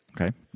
Okay